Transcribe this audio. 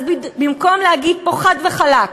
אז במקום להגיד פה חד וחלק: